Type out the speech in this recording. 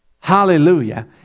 Hallelujah